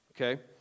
Okay